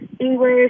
English